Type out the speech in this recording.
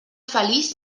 feliç